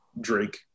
Drake